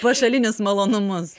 pašalinius malonumus